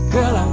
Girl